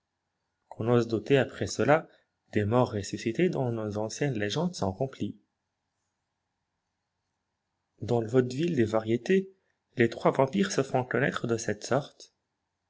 qu'on ose douter après cela des morts ressuscités dont nos anciennes légendes sont remplies dictionnaire phylosophique dans le vaudeville des variétés les trois vampires se font connaître de cette sorte